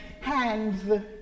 hands